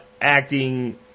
acting